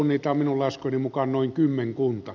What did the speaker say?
niitä on minun laskujeni mukaan noin kymmenkunta